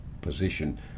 position